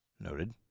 Noted